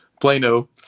Plano